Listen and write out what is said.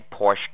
porsche